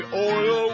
oil